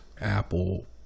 Apple